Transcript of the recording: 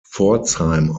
pforzheim